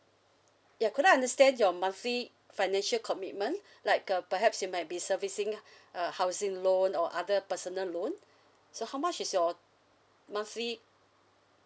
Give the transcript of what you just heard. ya could I understand your monthly financial commitment like uh perhaps you might be servicing uh a housing loan or other personal loan so how much is your monthly